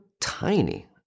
tiny